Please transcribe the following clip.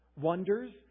wonders